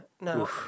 No